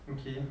okay